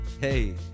hey